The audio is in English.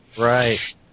Right